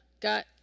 got